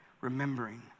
Remembering